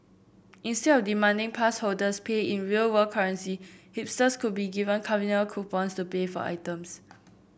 instead of demanding pass holders pay in real world currency hipsters could be given carnival coupons to pay for items